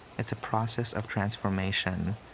it's a process of transformation,